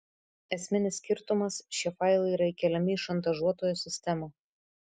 esminis skirtumas šie failai yra įkeliami į šantažuotojo sistemą